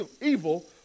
evil